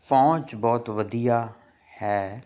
ਪਹੁੰਚ ਬਹੁਤ ਵਧੀਆ ਹੈ ਅਤੇ